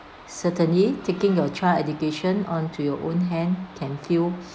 certainly taking your child education onto your own hand can feel